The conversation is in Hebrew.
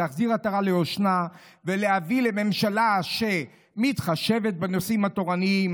להחזיר עטרה ליושנה ולהביא לממשלה שמתחשבת בנושאים התורניים,